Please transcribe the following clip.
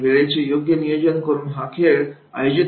आणि वेळेचे योग्य नियोजन करून हा खेळ आयोजित करायचा असतो